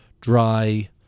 dry